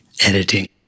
editing